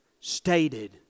stated